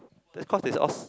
that's cause they